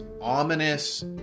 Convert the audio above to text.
ominous